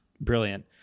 brilliant